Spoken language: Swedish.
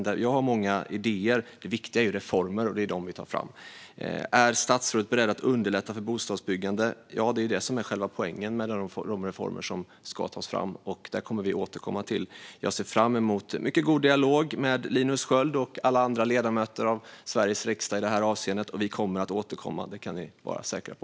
Jag har många idéer. Det viktiga är reformer, och det är dem vi tar fram. En annan fråga var: Är statsrådet beredd att underlätta för bostadsbyggande? Ja, det är det som är själva poängen med de reformer som ska tas fram. Det här kommer vi att återkomma till. Jag ser fram emot en mycket god dialog med Linus Sköld och alla andra ledamöter av Sveriges riksdag i det här avseendet. Vi kommer att återkomma. Det kan ni vara säkra på.